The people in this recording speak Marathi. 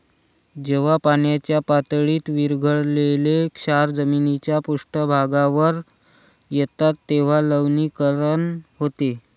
जेव्हा पाण्याच्या पातळीत विरघळलेले क्षार जमिनीच्या पृष्ठभागावर येतात तेव्हा लवणीकरण होते